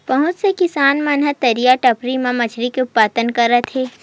बहुत से किसान मन ह तरईया, डबरी म मछरी के उत्पादन करत हे